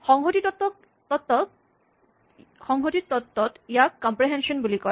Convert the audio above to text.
সংহতি তত্ত্বত ইয়াক কম্প্ৰেহেনচন বুলি কয়